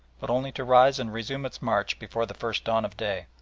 but only to rise and resume its march before the first dawn of day.